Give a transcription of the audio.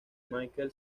michael